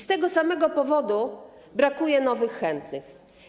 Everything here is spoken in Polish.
Z tego samego powodu brakuje nowych chętnych.